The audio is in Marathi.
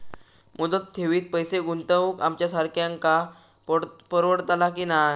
मुदत ठेवीत पैसे गुंतवक आमच्यासारख्यांका परवडतला की नाय?